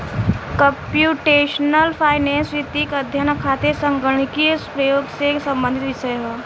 computational finance वित्तीय अध्ययन खातिर संगणकीय प्रयोग से संबंधित विषय ह